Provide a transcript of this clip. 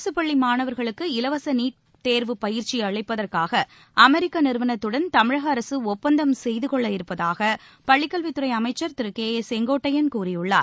அரசுப் பள்ளி மாணவர்களுக்கு இலவச நீட் தேர்வு பயிற்சி அளிப்பதற்காக அமெரிக்க நிறுவனத்துடன் தமிழக அரசு ஒப்பந்தம் செய்து கொள்ள இருப்பதாக பள்ளிக் கல்வித்துறை அமைச்சர் திரு கே ஏ செங்கோட்டையன் கூறியிருக்கிறார்